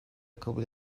kabul